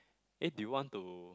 eh do you want to